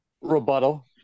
rebuttal